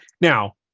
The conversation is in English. Now